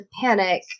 panic